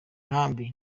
nkambi